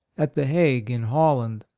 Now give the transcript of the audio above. at the hague in holland?